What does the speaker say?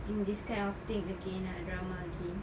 in this kind of thing again ah drama again